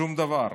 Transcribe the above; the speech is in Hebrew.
שום דבר.